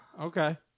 Okay